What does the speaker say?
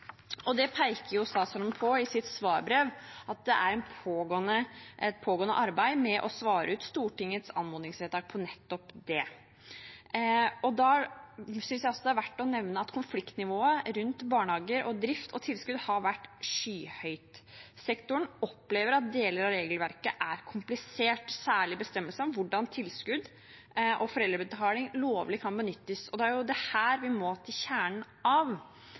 Statsråden peker jo i sitt svarbrev på at det er et pågående arbeid med å svare ut Stortingets anmodningsvedtak på nettopp det. Da synes jeg det også er verdt å nevne at konfliktnivået rundt barnehager og drift og tilskudd har vært skyhøyt. Sektoren opplever at deler av regelverket er komplisert, særlig bestemmelsene om hvordan tilskudd og foreldrebetaling lovlig kan benyttes, og det er dette vi må til kjernen av.